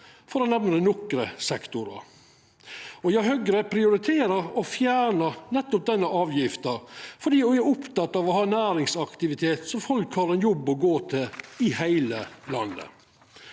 for å nemna nokre sektorar. Og ja, Høgre prioriterer å fjerna nettopp denne avgifta fordi me er opptekne av å ha næringsaktivitet så folk har ein jobb å gå til i heile landet.